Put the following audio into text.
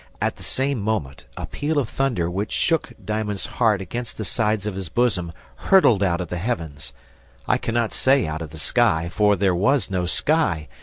at the same moment, a peal of thunder which shook diamond's heart against the sides of his bosom hurtled out of the heavens i cannot say out of the sky, for there was no sky.